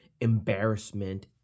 embarrassment